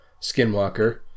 Skinwalker